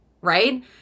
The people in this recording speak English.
right